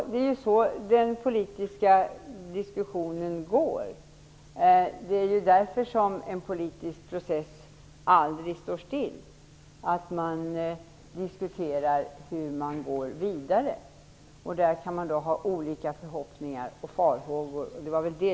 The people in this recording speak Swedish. Den politiska diskussionen fortsätter nu. En politisk process står aldrig stilla, utan man fortsätter att diskutera hur arbetet skall gå vidare. Man kan då ha olika förhoppningar och farhågor.